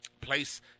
place